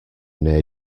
near